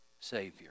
Savior